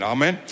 Amen